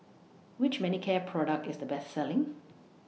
Which Manicare Product IS The Best Selling